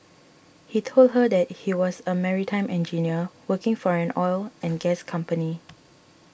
he told her that he was a maritime engineer working for an oil and gas company